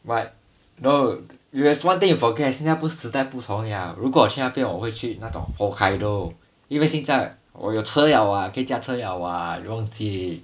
but no there is one thing you forget 新加坡时代不同了如果去那边我会去那种 hokkaido 因为现在我有车 liao [what] 可以驾车 liao [what] 你忘记